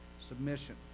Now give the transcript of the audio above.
submission